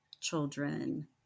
children